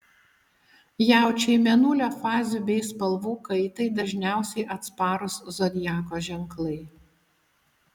jaučiai mėnulio fazių bei spalvų kaitai dažniausiai atsparūs zodiako ženklai